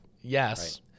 Yes